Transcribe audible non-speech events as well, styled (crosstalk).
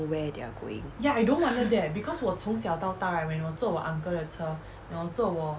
where they are going (breath)